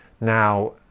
Now